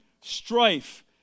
strife